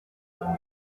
gihugu